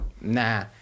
nah